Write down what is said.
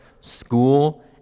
school